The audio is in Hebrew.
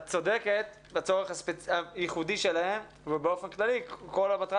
את צודקת בצורך הייחודי שלהם ובאופן כללי כל מטרת